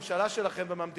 למשרדי הממשלה.